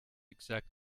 exact